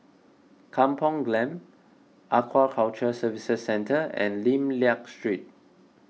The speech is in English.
Kampung Glam Aquaculture Services Centre and Lim Liak Street